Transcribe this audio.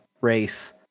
race